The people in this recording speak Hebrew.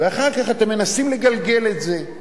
ואחר כך אתם מנסים לגלגל את זה.